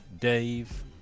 Dave